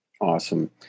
Awesome